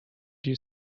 you